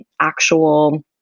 actual